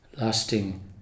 lasting